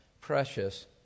precious